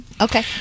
Okay